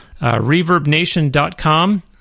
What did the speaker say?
ReverbNation.com